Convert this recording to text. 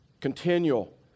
continual